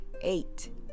Eight